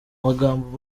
magambo